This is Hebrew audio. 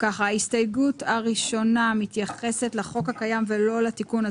ההסתייגות הראשונה מתייחסת לחוק הקיים ולא לתיקון,